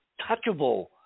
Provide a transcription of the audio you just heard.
touchable